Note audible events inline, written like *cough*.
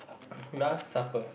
*breath* last supper